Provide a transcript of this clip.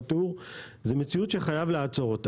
זאת מציאות שחייבים לעצור אותה.